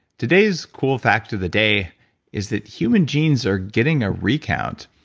today's cool fact of the day is that human genes are getting a recount.